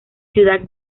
ciudad